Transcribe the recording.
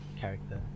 character